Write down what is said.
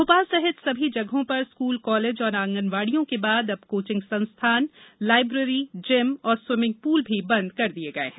भोपाल सहित सभी जगहों पर स्कूल कॉलेज और आंगनवाड़ियों के बाद अब कोचिंग संस्थान लायब्रेरी जिम और स्वीमिंग पूल भी बंद कर दिये गये हैं